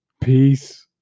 Peace